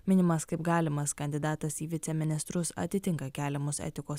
minimas kaip galimas kandidatas į viceministrus atitinka keliamus etikos